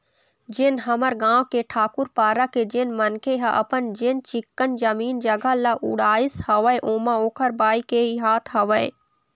लेकिन हमर गाँव के ठाकूर पारा के जेन मनखे ह अपन जेन चिक्कन जमीन जघा ल उड़ाइस हवय ओमा ओखर बाई के ही हाथ हवय